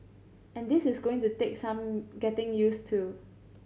and this is going to take some getting use to